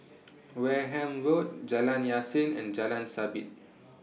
Wareham Road Jalan Yasin and Jalan Sabit